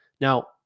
Now